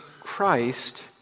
Christ